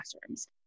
classrooms